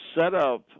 setup